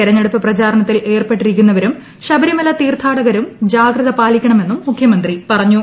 തെരഞ്ഞെടുപ്പ് പ്രചാരണത്തിൽ ഏർപ്പെട്ടിരിക്കുന്നവരും ശബരിമല തീർത്ഥാടകരും ജാഗ്രത പാലിക്കണമെന്നും മുഖ്യമന്ത്രി പറഞ്ഞു